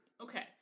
Okay